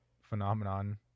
phenomenon